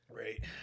Right